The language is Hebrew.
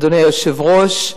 אדוני היושב-ראש,